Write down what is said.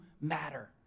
matter